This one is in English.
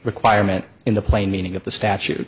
requirement in the plain meaning of the statu